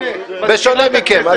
בשונה מכם.